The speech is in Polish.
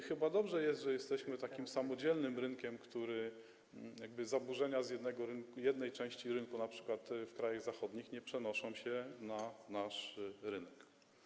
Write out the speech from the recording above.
Chyba dobrze, że jesteśmy takim samodzielnym rynkiem, że zaburzenia z jednego rynku, jednej części rynku, np. w krajach zachodnich, nie przenoszą się na nasz rynek.